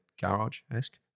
garage-esque